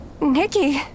Nikki